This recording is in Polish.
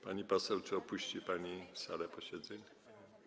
Pani poseł, czy opuści pani salę posiedzeń?